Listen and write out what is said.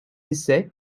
essais